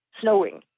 snowing